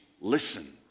Listen